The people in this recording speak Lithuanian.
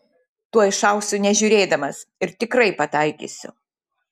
tuoj šausiu nežiūrėdamas ir tikrai pataikysiu